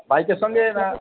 বাইকের সঙ্গে না